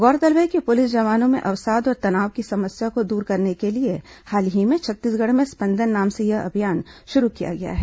गौरतलब है कि पुलिस जवानों में अवसाद और तनाव की समस्या को दूर करने के लिए हाल ही में छत्तीसगढ़ में स्पंदन नाम से यह अभियान शुरू किया गया है